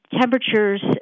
temperatures